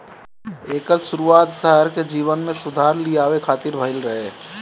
एकर शुरुआत शहर के जीवन में सुधार लियावे खातिर भइल रहे